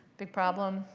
big problem.